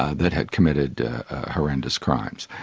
ah that had committed horrendous crimes.